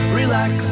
relax